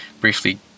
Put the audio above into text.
briefly